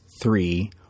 three